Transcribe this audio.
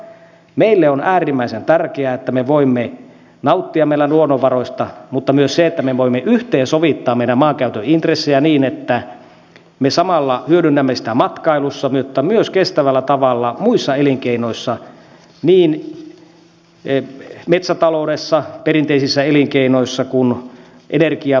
meille on äärimmäisen tärkeää se että me voimme nauttia meidän luonnonvaroista mutta myös se että me voimme yhteensovittaa meidän maankäytön intressejä niin että me samalla hyödynnämme sitä matkailussa mutta myös kestävällä tavalla muissa elinkeinoissa niin metsätaloudessa perinteisissä elinkeinoissa kuin energiatoiminnassa